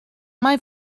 mae